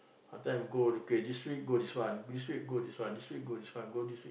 part time go okay this week go this one this week go this one this week go this one go this week